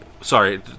Sorry